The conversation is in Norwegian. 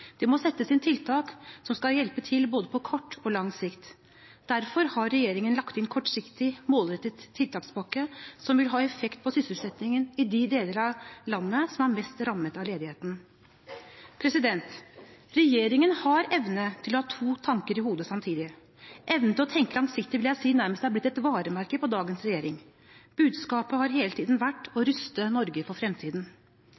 Det må settes inn tiltak som skal hjelpe til på både kort og lang sikt. Derfor har regjeringen lagt inn en kortsiktig målrettet tiltakspakke, som vil ha effekt på sysselsettingen i de deler av landet som er hardest rammet av ledigheten. Regjeringen evner å ha to tanker i hodet samtidig. Evnen til å tenke langsiktig vil jeg si nærmest har blitt dagens regjerings varemerke. Budskapet har hele tiden vært å ruste Norge for fremtiden.